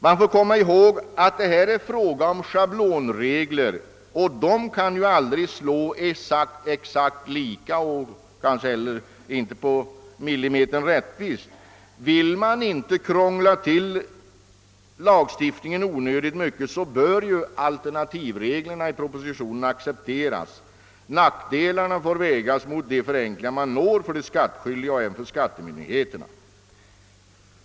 Man får komma ihåg att det här är fråga om schablonregler, vilka aldrig kan slå exakt lika och inte på millimetern rättvist. Vill man inte krångla till lagstiftningen onödigt mycket, bör alternativreglerna i propositionen accepteras. Nackdelarna får vägas mot de förenklingar man når för de skattskyldiga och även för skattemyndigheterna.